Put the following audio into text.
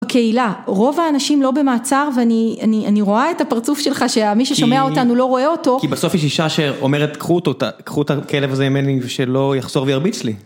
הקהילה, רוב האנשים לא במעצר ואני רואה את הפרצוף שלך שמי ששומע אותנו לא רואה אותו כי בסוף יש אישה שאומרת קחו אותו, קחו את הכלב הזה ממני ושלא יחזור וירביץ לי